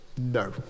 No